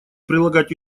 прилагать